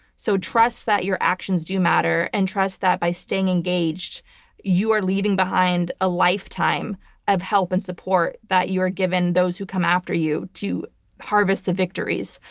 so trust that your actions do matter, and trust that by staying engaged you are leaving behind a lifetime lifetime of help and support that you are giving those who come after you to harvest the victories.